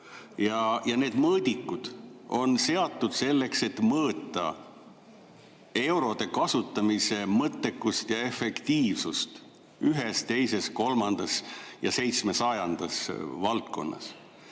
Ja need mõõdikud on seatud selleks, et mõõta eurode kasutamise mõttekust ja efektiivsust ühes, teises, kolmandas ja 700-ndas valdkonnas.